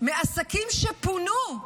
את העסקים שפונו,